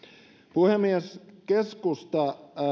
puhemies keskusta